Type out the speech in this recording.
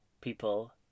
people